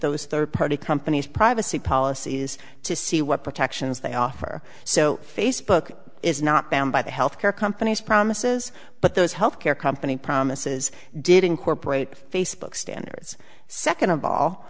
those third party companies privacy policies to see what protections they offer so facebook is not bound by the health care companies promises but those health care company promises did incorporate facebook standards second of all